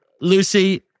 Lucy